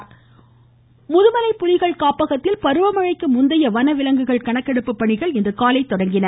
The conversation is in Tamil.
ம் ம் ம் ம் ம கணக்கெடுப்பு முதுமலை புலிகள் காப்பகத்தில் பருவமழைக்கு முந்தைய வனவிலங்குகள் கணக்கெடுப்பு பணிகள் இன்று காலை தொடங்கின